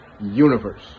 universe